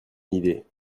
idée